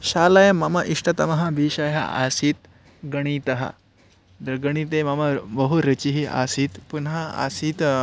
शालायां मम इष्टतमः विषयः आसीत् गणितः ग गणिते मम बहु रुचिः आसीत् पुनः आसीत्